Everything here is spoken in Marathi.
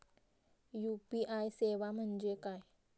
यू.पी.आय सेवा म्हणजे काय?